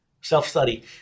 self-study